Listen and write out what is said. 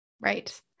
Right